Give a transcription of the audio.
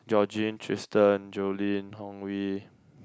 Jorjin Tristan Jolyn Hong-Wei